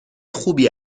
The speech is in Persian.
خوبی